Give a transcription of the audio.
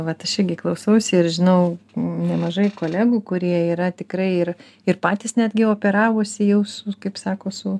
vat aš irgi klausausi ir žinau nemažai kolegų kurie yra tikrai ir ir patys netgi operavosi jau su kaip sako su